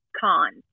cons